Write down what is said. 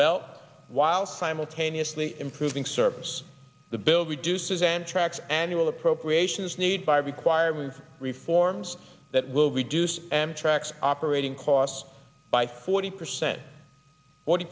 belt while simultaneously improving service the bill reduces antrax annual appropriations need by requiring reforms that will be dues amtrak's operating costs by forty percent forty